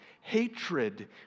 hatred